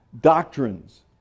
doctrines